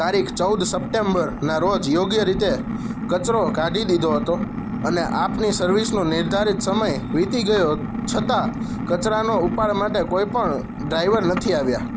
તારીખ ચૌદ સપ્ટેમ્બરના રોજ યોગ્ય રીતે કચરો કાઢી દીધો હતો અને આપની સર્વિસનો નિર્ધારીત સમય વીતી ગયો હતો છતાં કચરાનો ઉપાડ માટે કોઈ પણ ડ્રાઇવર નથી આવ્યા